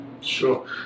Sure